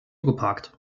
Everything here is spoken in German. geparkt